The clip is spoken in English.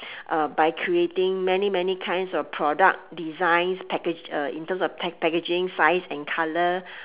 uh by creating many many kinds of product designs package uh in terms of packaging size and colour